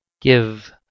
give